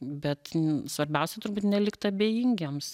bet svarbiausia turbūt nelikt abejingiems